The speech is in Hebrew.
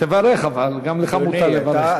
אבל תברך, גם לך מותר לברך.